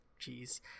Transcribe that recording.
jeez